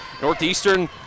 Northeastern